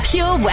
Pure